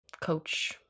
coach